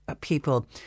people